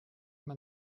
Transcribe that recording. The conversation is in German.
man